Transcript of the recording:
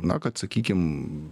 na kad sakykim